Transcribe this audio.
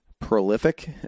prolific